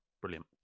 Brilliant